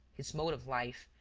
his mode of life,